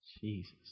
Jesus